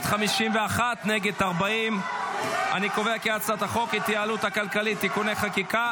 ההצעה להעביר את הצעת חוק ההתייעלות הכלכלית (תיקוני חקיקה